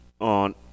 On